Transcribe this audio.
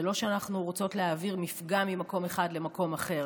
זה לא שאנחנו רוצות להעביר מפגע ממקום אחד למקום אחר.